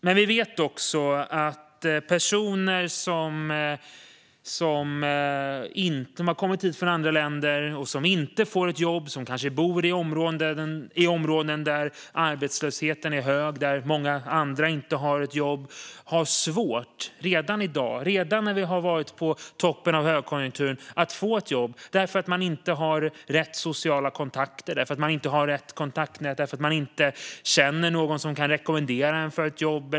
Men vi vet också att personer som har kommit hit från andra länder och inte får ett jobb - de kanske bor i områden där arbetslösheten är hög och där många andra inte har ett jobb - redan i dag, när vi har varit på toppen av högkonjunkturen, har svårt att få ett jobb eftersom de inte har de rätta sociala kontakterna, rätt kontaktnät och inte känner någon som kan rekommendera dem för ett jobb.